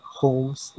homes